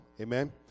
Amen